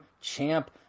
champ